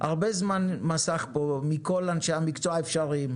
הרבה זמן מסך פה מכל אנשי המקצוע האפשריים.